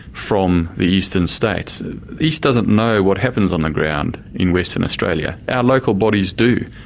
from the eastern states. the east doesn't know what happens on the ground in western australia. our local bodies do.